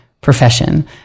profession